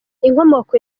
inkomoko